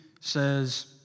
says